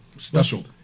Special